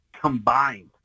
combined